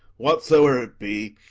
whatsoe'er it be,